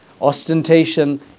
ostentation